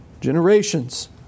generations